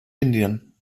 indien